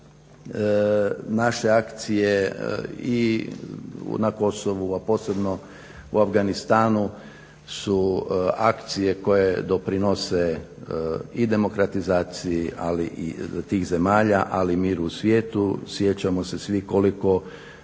Naše akcije i na Kosovu, a posebno u Afganistanu su akcije koje doprinose i demokratizaciji tih zemalja, ali i miru u svijetu. Sjećamo se svi koliko